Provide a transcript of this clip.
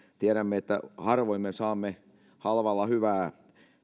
tiedämme että harvoin me saamme halvalla hyvää